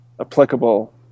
applicable